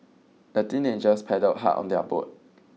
the teenagers paddled hard on their boat